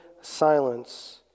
silence